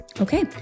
Okay